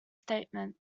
statement